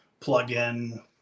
plugin